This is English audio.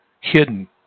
hidden